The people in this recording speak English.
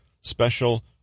special